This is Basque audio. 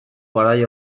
garai